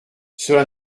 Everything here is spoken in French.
cela